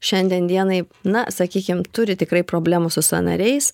šiandien dienai na sakykim turi tikrai problemų su sąnariais